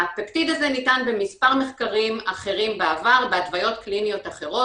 הפפטיד הזה ניתן במספר מחקרים אחרים בעבר בהתוויות קליניות אחרות,